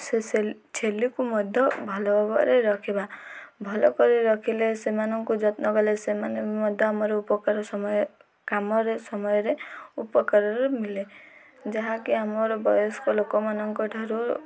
ସେ ଛେଳିକୁ ମଧ୍ୟ ଭଲ ଭାବରେ ରଖିବା ଭଲ କରି ରଖିଲେ ସେମାନଙ୍କୁ ଯତ୍ନ କଲେ ସେମାନେ ବି ମଧ୍ୟ ଆମର ଉପକାର ସମୟ କାମରେ ସମୟରେ ଉପକାରରେ ମିଳେ ଯାହାକି ଆମର ବୟସ୍କ ଲୋକମାନଙ୍କ ଠାରୁ